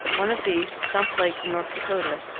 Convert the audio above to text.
one of these, stump lake, in north dakota,